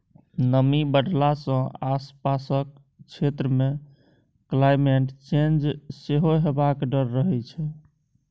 नमी बढ़ला सँ आसपासक क्षेत्र मे क्लाइमेट चेंज सेहो हेबाक डर रहै छै